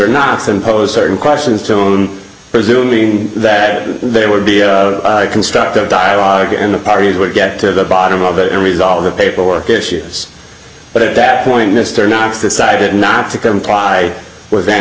and pose certain questions tone presuming that there would be a constructive dialogue and the parties would get to the bottom of it and resolve the paperwork issue but at that point mr knox decided not to comply with van